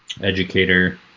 educator